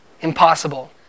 Impossible